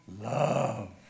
love